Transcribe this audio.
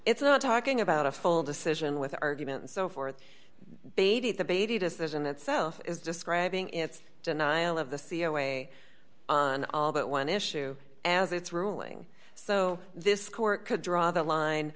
it's not talking about a full decision with argument and so forth baby the baby decision itself is describing its denial of the c o way on all but one issue as its ruling so this court could draw the line